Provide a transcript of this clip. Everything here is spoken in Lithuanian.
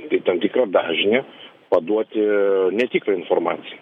kaip tam tikrą dažnį paduoti netikrą informaciją